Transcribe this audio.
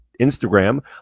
Instagram